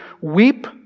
weep